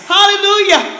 Hallelujah